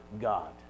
God